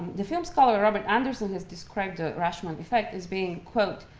the film scholar robert anderson has described the rashomon effect as being, quote,